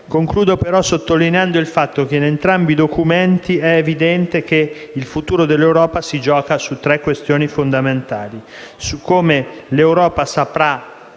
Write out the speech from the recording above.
Concludo sottolineando il fatto che in entrambi i documenti è evidente che il futuro dell'Europa si gioca su tre questioni fondamentali: come l'Europa saprà